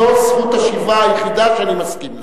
זו זכות השיבה היחידה שאני מסכים לה.